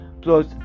plus